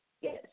Yes